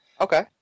Okay